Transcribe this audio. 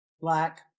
black